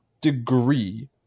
degree